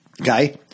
Okay